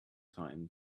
time